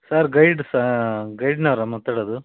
sir guide ಸಾ ಗೈಡ್ನವ್ರಾ ಮಾತಾಡೋದು